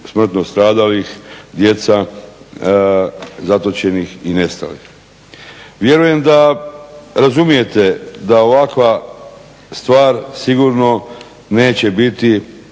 smrtno stradalih, djeca zatočenih i nestalih. Vjerujem da razumijete da ovakva stvar sigurno neće biti